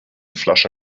flasche